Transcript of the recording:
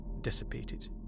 dissipated